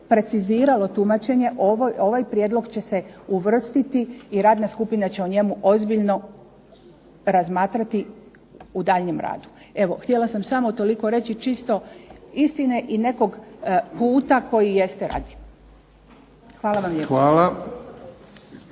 preciziralo tumačenje ovaj prijedlog će se uvrstiti i radna skupina će o njemu ozbiljno razmatrati u daljnjem radu. Evo, htjela sam samo toliko reći, čisto istine i nekog puta koji jeste radi. Hvala vam lijepo.